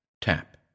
tap